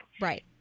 Right